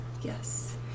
Yes